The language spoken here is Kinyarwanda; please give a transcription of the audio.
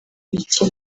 mukino